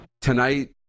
tonight